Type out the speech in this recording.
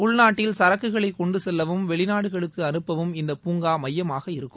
உள்நாட்டில் சரக்குகளை கொண்டு செல்லவும் வெளிநாடுகளுக்கு அனுப்பவும் இந்த பூங்கா மையமாக இருக்கும்